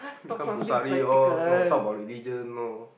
become all know talk about religion all